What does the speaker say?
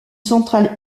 centrale